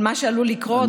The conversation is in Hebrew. על מה שעלול לקרות,